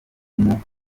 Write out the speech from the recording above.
umupfumu